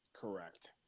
Correct